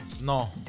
No